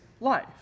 life